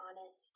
honest